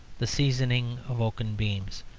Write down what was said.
the seasoning of oaken beams,